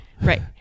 Right